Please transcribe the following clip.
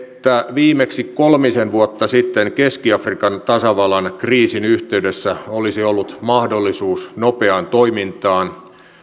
viimeksi kolmisen vuotta sitten keski afrikan tasavallan kriisin yhteydessä olisi ollut mahdollisuus nopeaan toimintaan